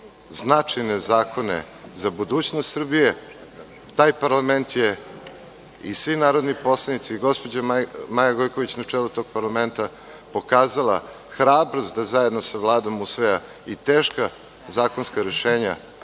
značajne zakone za budućnost Srbije. Taj parlament je i svi narodni poslanici i gospođa Maja Gojković na čelu tog parlamenta pokazala hrabrost da zajedno sa Vladom usvoje i teška zakonska rešenja,